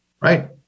right